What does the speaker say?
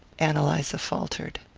ann eliza faltered.